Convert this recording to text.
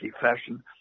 fashion